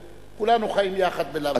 כולנו חיים יחד בלאו הכי.